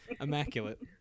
immaculate